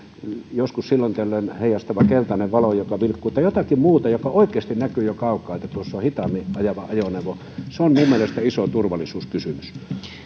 joskus silloin tällöin heijastava keltainen valo joka vilkkuu tai jotakin muuta jolloin oikeasti näkyy jo kaukaa että tuossa on hitaammin ajava ajoneuvo se on minun mielestäni iso turvallisuuskysymys